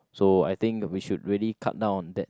so I think we should really cut down on that